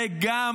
זה גם